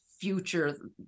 future